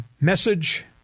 message